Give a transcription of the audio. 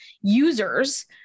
users